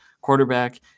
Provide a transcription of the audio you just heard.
quarterback